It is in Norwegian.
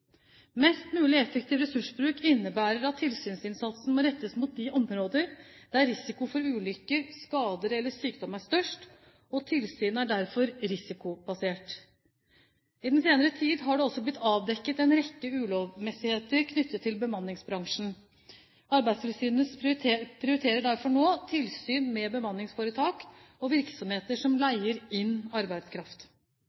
Mest mulig effektiv ressursbruk innebærer at tilsynsinnsatsen må rettes mot de områder der risiko for ulykker, skader eller sykdom er størst, og tilsynet er derfor risikobasert. I den senere tid har det også blitt avdekket en rekke ulovmessigheter knyttet til bemanningsbransjen. Arbeidstilsynet prioriterer derfor nå tilsyn med bemanningsforetak og virksomheter som